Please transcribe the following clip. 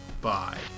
Bye